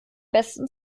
besten